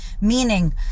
Meaning